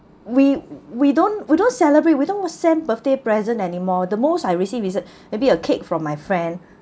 we we don't we don't celebrate we don't send birthday present anymore the most I receive is a maybe a kick from my friend